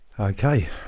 Okay